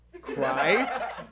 Cry